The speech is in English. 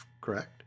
correct